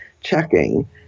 checking